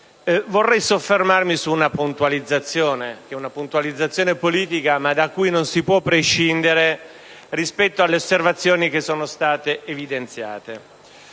Vorrei soffermarmi su una puntualizzazione politica da cui non si può prescindere rispetto alle osservazioni che sono state evidenziate.